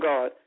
God